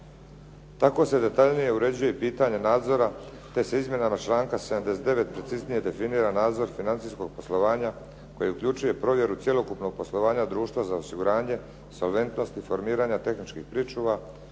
Tako se detaljnije uređuje pitanje nadzora te se izmjenama članka 79. preciznije definira nadzor financijskog poslovanja koje uključuje provjeru cjelokupnog poslovanja društva za osiguranje, solventnost i formiranje tehničkih pričuva,